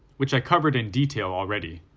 which i covered in detail already.